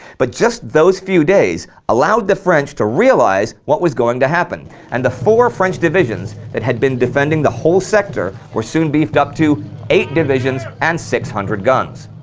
but just those few days allowed the french to realize what was going to happen and the four french divisions that had been defending the whole sector were soon beefed up to eight divisions and six hundred guns.